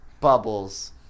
Bubbles